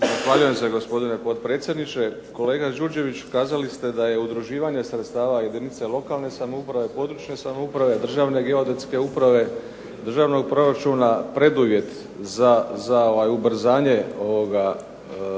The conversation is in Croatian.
Zahvaljujem se, gospodine potpredsjedniče. Kolega Đurđević, kazali ste da je udruživanje sredstava jedinice lokalne samouprave, područne samouprave, Državne geodetske uprave, državnog proračuna preduvjet za ubrzanje ovoga problema.